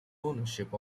ownership